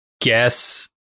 guess